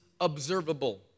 observable